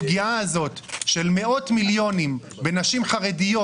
הפגיעה הזאת של מאות מיליונים בנשים חרדיות